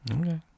Okay